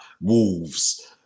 Wolves